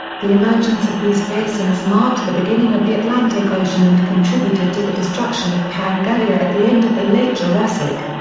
the emergence of these basins marked the beginning of the atlantic ocean and contributed to the destruction of pangaea at the end of the late jurassic.